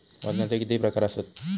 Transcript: वजनाचे किती प्रकार आसत?